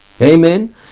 Amen